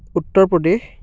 Uttar Pradesh